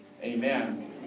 amen